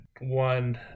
one